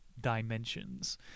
dimensions